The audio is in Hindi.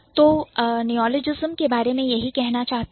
तो Neologism नियॉलजिस्म के बारे में यही कहना चाहती हूं